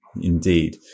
Indeed